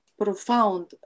profound